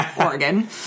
Oregon